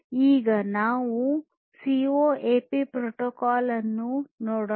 ಈಗ ನಾವು C O A P protocol ಅನ್ನು ನೋಡೋಣ